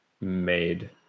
made